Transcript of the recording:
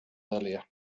earlier